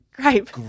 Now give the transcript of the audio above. grape